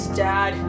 dad